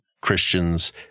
Christians